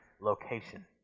location